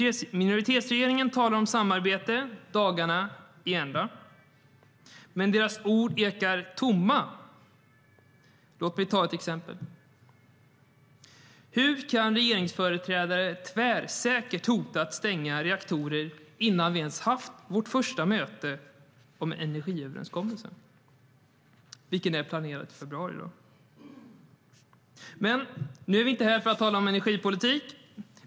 Minoritetsregeringen talar om samarbete dagarna i ända, men deras ord ekar tomt. Låt mig ta ett exempel. Hur kan regeringsföreträdare tvärsäkert hota att stänga reaktorer innan vi ens har haft vårt första möte om en energiöverenskommelse, planerad till februari? Men nu är vi inte här för att tala om energipolitik.